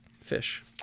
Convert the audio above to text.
Fish